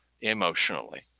emotionally